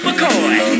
McCoy